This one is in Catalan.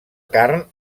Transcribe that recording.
carn